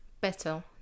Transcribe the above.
better